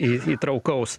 į įtraukaus